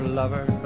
lover